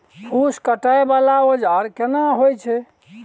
फूस काटय वाला औजार केना होय छै?